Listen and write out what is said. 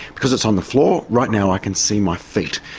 because it's on the floor, right now i can see my feet.